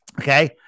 Okay